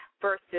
versus